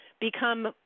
become